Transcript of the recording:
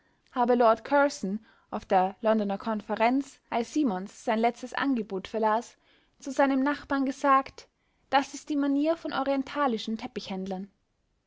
habe lord curzon auf der londoner konferenz als simons sein letztes angebot verlas zu seinem nachbarn gesagt das ist die manier von orientalischen